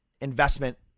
investment